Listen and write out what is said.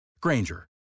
Granger